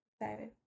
excited